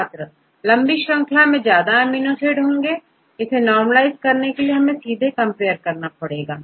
छात्र लंबी श्रंखला में ज्यादा एमिनो एसिड होंगे इसे नॉर्मलाइज करने के लिए हमें सीधे कंपेयर करना पड़ेगा